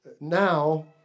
now